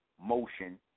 motion